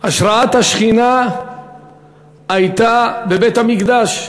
השראת השכינה הייתה בבית-המקדש.